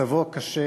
מצבו קשה,